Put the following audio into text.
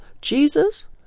Jesus